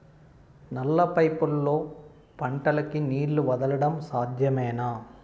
నల్ల పైపుల్లో పంటలకు నీళ్లు వదలడం సాధ్యమేనా?